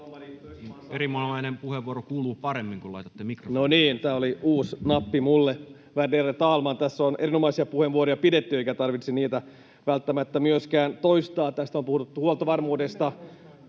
aloittaa puheenvuoron mikrofonin ollessa suljettuna] No niin, tämä oli uusi nappi minulle. Värderade talman! Tässä on erinomaisia puheenvuoroja pidetty, eikä tarvitse niitä välttämättä myöskään toistaa. Tässä on puhuttu huoltovarmuudesta,